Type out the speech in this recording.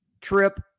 trip